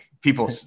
people